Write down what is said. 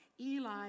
Eli